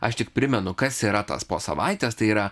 aš tik primenu kas yra tas po savaitės tai yra